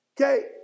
Okay